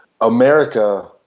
America